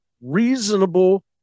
reasonable